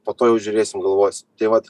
po to jau žiūrėsim galvos tai vat